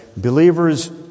believer's